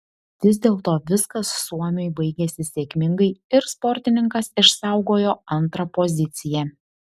vis dėlto viskas suomiui baigėsi sėkmingai ir sportininkas išsaugojo antrą poziciją